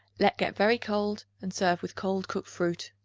let get very cold and serve with cold cooked fruit.